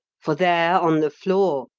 for there on the floor,